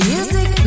Music